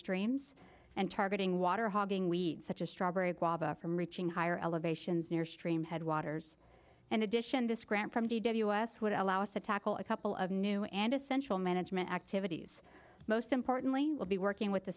strains and targeting water hogging we such as strawberry guava from reaching higher elevations near stream head waters and addition this grant from us would allow us to tackle a couple of new and essential management activities most importantly will be working with the